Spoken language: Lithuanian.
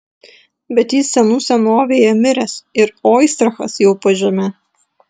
bet jis senų senovėje miręs ir oistrachas jau po žeme